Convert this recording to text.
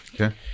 Okay